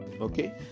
Okay